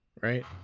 right